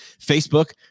Facebook